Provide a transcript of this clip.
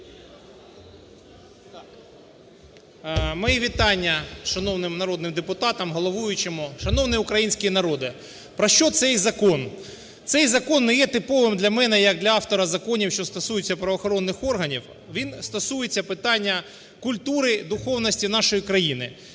Мої вітання шановним народним депутатам, головуючому. Шановний український народе! Про що цей закон? Цей закон не є типовим для мене як для автора законів, що стосуються правоохоронних органів, він стосується питання культури, духовності нашої країни.